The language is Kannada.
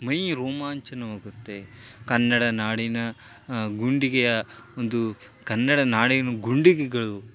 ಮೈ ರೋಮಾಂಚನವಾಗುತ್ತೆ ಕನ್ನಡ ನಾಡಿನ ಗುಂಡಿಗೆಯ ಒಂದು ಕನ್ನಡ ನಾಡಿನ ಗುಂಡಿಗೆಗಳು